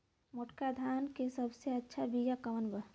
मोटका धान के सबसे अच्छा बिया कवन बा?